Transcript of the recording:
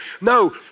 No